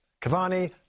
Cavani